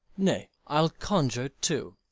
nay, i'll conjure too